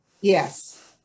Yes